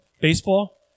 baseball